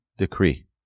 decree